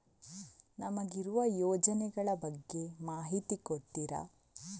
ನಮಗಿರುವ ಯೋಜನೆಗಳ ಬಗ್ಗೆ ಮಾಹಿತಿ ಕೊಡ್ತೀರಾ?